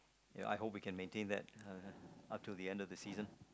ya I hope we can maintain that up to the end of the season